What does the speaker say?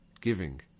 giving